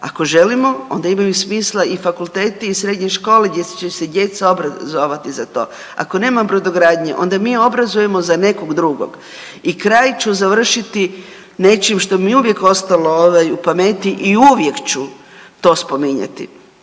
ako želimo onda imaju smisla i fakulteti i srednje škole gdje će se djeca obrazovati za to. Ako nema brodogradnje onda mi obrazujemo za nekog drugog. I kraj ću završiti nečim što mi je uvijek ostalo ovaj u pameti i uvijek ću to spominjati.